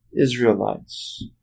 Israelites